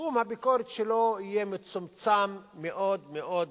שתחום הביקורת שלו יהיה מצומצם מאוד מאוד מאוד.